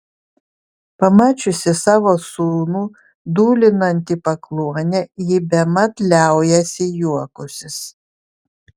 pamačiusi savo sūnų dūlinant į pakluonę ji bemat liaujasi juokusis